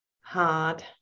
hard